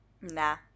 Nah